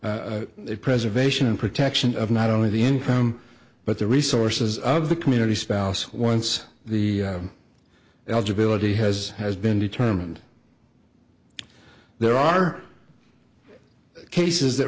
the preservation and protection of not only the income but the resources of the community spouse once the eligibility has has been determined there are cases that